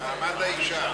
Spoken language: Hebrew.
מעמד האישה.